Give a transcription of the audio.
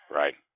right